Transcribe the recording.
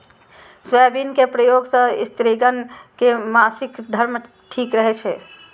soybean के प्रयोग सं स्त्रिगण के मासिक धर्म ठीक रहै छै